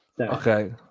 Okay